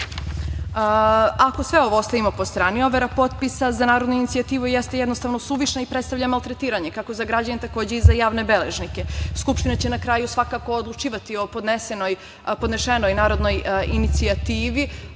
sve ovo ostavimo po strani, overa potpisa za narodnu inicijativu jeste jednostavno suvišna i predstavlja maltretiranje kako za građane, takođe i za javne beležnike. Skupština će na kraju svakako odlučivati o podnešenoj narodnoj inicijativi.